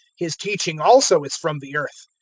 his teaching also is from the earth.